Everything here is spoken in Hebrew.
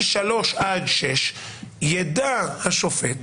משלוש עד שש ידע השופט,